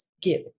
give